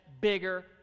bigger